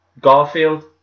Garfield